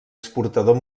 exportador